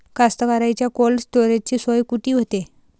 कास्तकाराइच्या कोल्ड स्टोरेजची सोय कुटी होते?